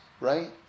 right